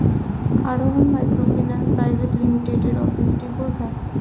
আরোহন microfinance private লিমিটেডের অফিসটি কোথায়?